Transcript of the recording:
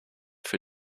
für